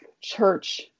church